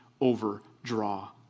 overdraw